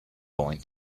going